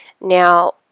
Now